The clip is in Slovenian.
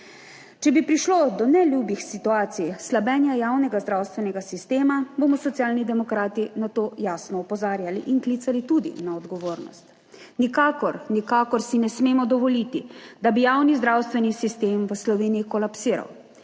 Če bi prišlo do neljubih situacij slabenja javnega zdravstvenega sistema, bomo Socialni demokrati na to jasno opozarjali in klicali tudi na odgovornost. Nikakor, nikakor si ne smemo dovoliti, da bi javni zdravstveni sistem v Sloveniji kolapsiral